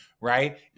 Right